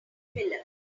miller